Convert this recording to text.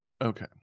okay